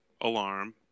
Alarm